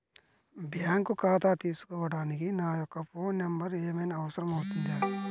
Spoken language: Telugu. బ్యాంకు ఖాతా తీసుకోవడానికి నా యొక్క ఫోన్ నెంబర్ ఏమైనా అవసరం అవుతుందా?